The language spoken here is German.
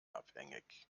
abhängig